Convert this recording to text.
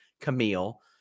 Camille